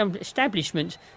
establishment